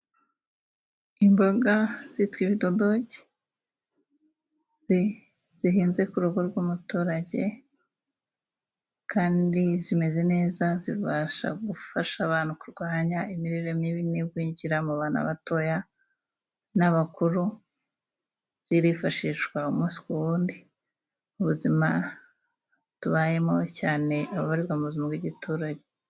Imboga zitwa ibitodoki zihinze ku rugo rw'umuturage kandi zimeze neza zibasha gufasha abantu kurwanya imirire mibi n'igwingira mu bana batoya n'abakuru zirifashishwa umusi ku wundi mu buzima tubayemo cyane ababarirwa mu buzima bw'igiturage.